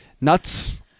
nuts